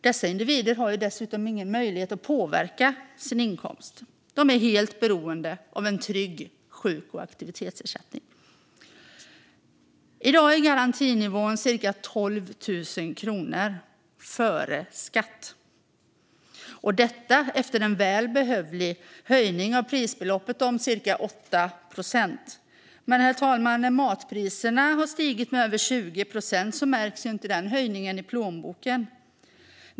Dessa individer har dessutom ingen möjlighet att påverka sin inkomst. De är helt beroende av en trygg sjuk och aktivitetsersättning. I dag är garantinivån cirka 12 000 kronor före skatt, detta efter en välbehövlig höjning av prisbasbeloppet om cirka 8 procent. Men, herr talman, när matpriserna stigit med över 20 procent märks inte den höjningen i plånboken.